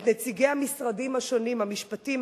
את נציגי המשרדים השונים: המשפטים,